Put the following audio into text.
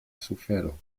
sufero